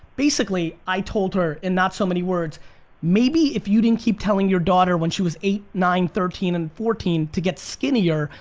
basically i told her in not so many words maybe if you didn't keep telling your daughter when she was eight, nine, thirteen and fourteen to get skinnier,